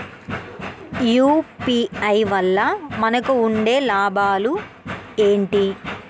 UPI వల్ల మనకు ఉండే లాభాలు ఏంటి?